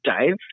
Dave